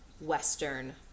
Western